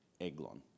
Eglon